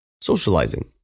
socializing